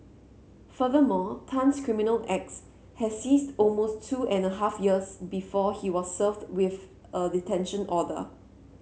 furthermore Tan's criminal acts had ceased almost two and a half years before he was served with a detention order